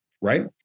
right